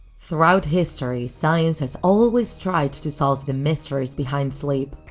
throughout history, science has always tried to to solve the mysteries behind sleep.